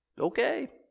Okay